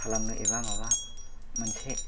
खालामनो एबा माबा मोनसे